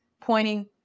pointing